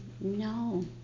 No